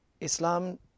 Islam